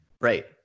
Right